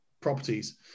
properties